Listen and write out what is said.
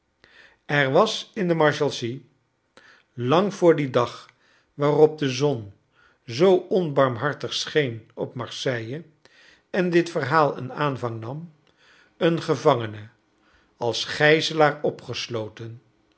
er was in de marshalsea lang voor dion dag waarop de zon zoo onbarmhartig scheen op marseille en dit verhaal een aanvang nam een gevangene als gijzelaar opgesoten